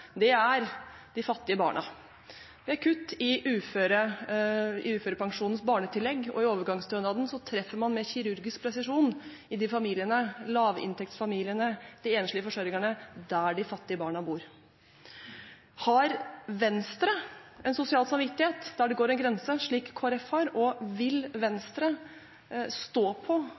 budsjettet, er de fattige barna. Det er kutt i uførepensjonens barnetillegg og i overgangsstønaden, og man treffer med kirurgisk presisjon de familiene, lavinntektsfamiliene, de enslige forsørgerne, der de fattige barna bor. Har Venstre en sosial samvittighet der det går en grense, slik Kristelig Folkeparti har, og vil Venstre stå på